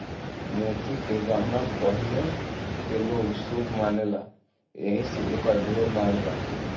मोती के गहना पहिने के लोग शुभ मानेला एही से एकर ढेर मांग बा